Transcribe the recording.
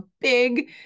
big